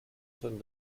sein